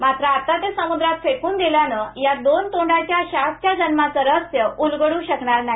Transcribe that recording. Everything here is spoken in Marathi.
मात्र आता ते समुद्रात फेकून दिल्यानं या दोन तोंडाच्या शार्कच्या जन्माचं रहस्य उलगडू शकणार नाही